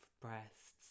breasts